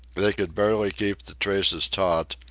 they could barely keep the traces taut,